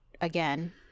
again